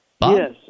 Yes